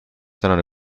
tänane